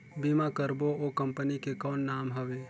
बीमा करबो ओ कंपनी के कौन नाम हवे?